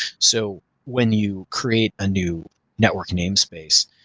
so when you create a new network name space,